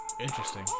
Interesting